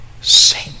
sing